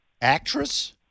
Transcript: Actress